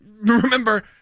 remember